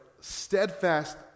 steadfast